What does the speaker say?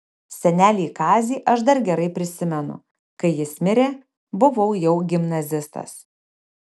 senelį kazį aš dar gerai prisimenu kai jis mirė buvau jau gimnazistas